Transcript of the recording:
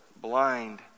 blind